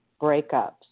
breakups